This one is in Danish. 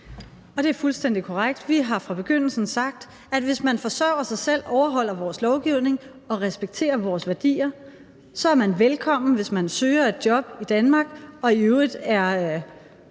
Det er fuldstændig korrekt. Vi har fra begyndelsen sagt, at hvis man forsørger sig selv og overholder vores lovgivning og respekterer vores værdier, så er man velkommen, hvis man søger et job i Danmark og i øvrigt er